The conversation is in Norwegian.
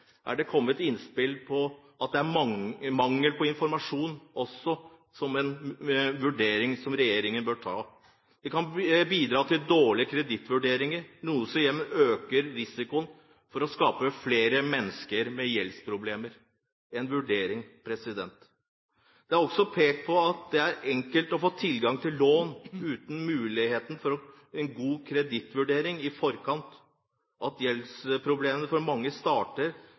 Det er kommet innspill om at mangel på informasjon kan bidra til dårlige kredittvurderinger, noe som igjen øker risikoen for å skape flere mennesker med gjeldsproblemer – en vurdering. Det er også pekt på at det er enkelt å få tilgang til lån, uten muligheten for en god kredittvurdering i forkant, og at gjeldsproblemene for mange starter